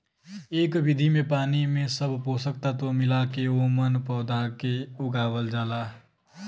एह विधि में पानी में सब पोषक तत्व मिला के ओमन पौधा के उगावल जाला